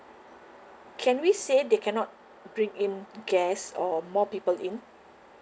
can we say they cannot bring in guest or more people in